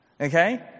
Okay